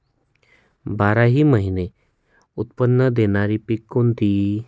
बाराही महिने उत्त्पन्न देणारी पिके कोणती?